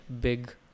big